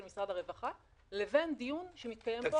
משרד הרווחה לבין דיון שמתקיים פה לפי סעיף 46?